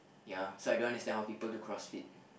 ya so I don't understand how people do CrossFit